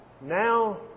now